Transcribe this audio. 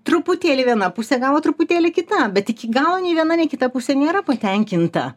truputėlį viena pusė gavo truputėlį kita bet iki galo nei viena nei kita pusė nėra patenkinta